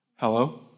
Hello